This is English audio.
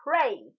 pray